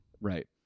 Right